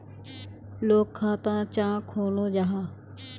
लोग खाता चाँ खोलो जाहा?